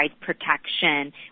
protection